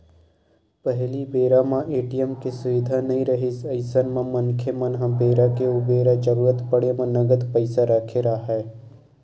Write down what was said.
पहिली बेरा म ए.टी.एम के सुबिधा नइ रिहिस अइसन म मनखे मन ह बेरा के उबेरा जरुरत पड़े म नगद पइसा रखे राहय